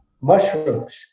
mushrooms